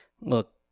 look